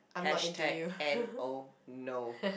hashtag N_O no